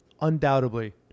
undoubtedly